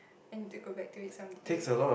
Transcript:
I need to go back to it someday